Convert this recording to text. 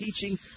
teaching